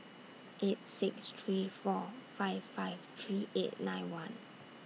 eight six three four five five three eight nine one